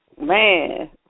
Man